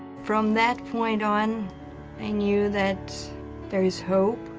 from that point on i knew that there is hope